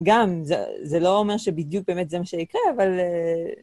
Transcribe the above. גם זה לא אומר שבדיוק באמת זה מה שיקרה, אבל...